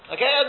Okay